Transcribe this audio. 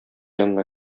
янына